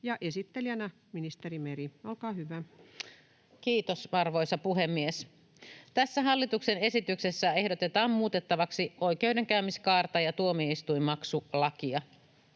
Esittelijänä ministeri Meri, olkaa hyvä. Kiitos, arvoisa puhemies! Tässä hallituksen esityksessä ehdotetaan muutettavaksi oikeudenkäymiskaarta ja tuomioistuinmaksulakia.